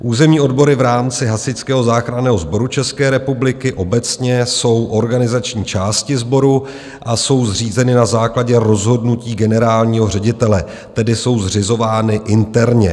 Územní odbory v rámci Hasičského záchranného sboru České republiky obecně jsou organizační části sboru a jsou zřízeny na základě rozhodnutí generálního ředitele, tedy jsou zřizovány interně.